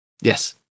Yes